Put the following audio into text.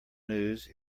news